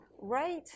right